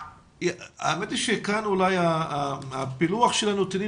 האמת היא שכאן אולי הפילוח של הנתונים